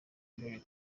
imbere